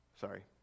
Sorry